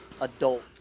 adult